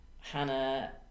hannah